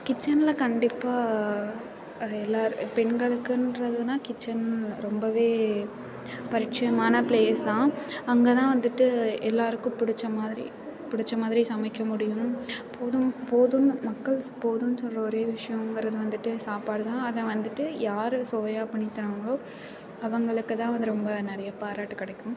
கிச்சனில் கண்டிப்பாக எல்லா பெண்களுக்குன்றதுன்னா கிச்சன் ரொம்பவே பரிச்சியமான ப்ளேஸ் தான் அங்கே தான் வந்துவிட்டு எல்லாருக்கும் பிடிச்ச மாதிரி பிடிச்ச மாதிரி சமைக்க முடியும் போதும் போதும் மக்கள் போதுன்னு சொல்லுற ஒரே விஷயங்கிறது வந்துவிட்டு சாப்பாடு தான் அதை வந்துவிட்டு யார் சுவையாக பண்ணித்தராங்களோ அவங்களுக்கு தான் அது ரொம்ப நிறைய பாராட்டு கிடைக்கும்